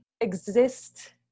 exist